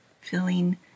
feeling